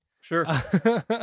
Sure